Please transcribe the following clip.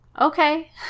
Okay